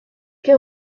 que